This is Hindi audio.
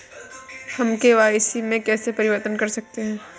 हम के.वाई.सी में कैसे परिवर्तन कर सकते हैं?